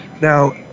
now